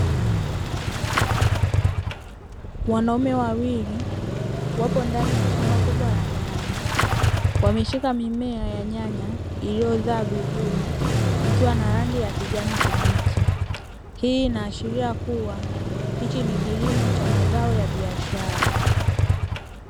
Wanaume wawili wapo ndani ya shamba kubwa la nyanya, wameshika mimea ya nyanya iliyozaa vizuri ikiwa na rangi ya kijani kibichi, hii inaashiria kuwa hichi ni kilimo cha mazao ya kibiashara.